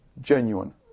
genuine